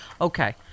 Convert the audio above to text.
Okay